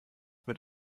wird